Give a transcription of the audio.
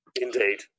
Indeed